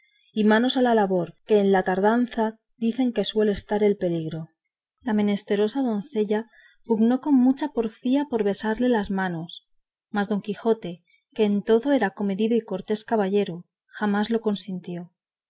y manos a labor que en la tardanza dicen que suele estar el peligro la menesterosa doncella pugnó con mucha porfía por besarle las manos mas don quijote que en todo era comedido y cortés caballero jamás lo consintió